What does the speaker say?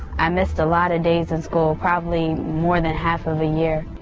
i missed a lot of days in school, probably more than half of a year.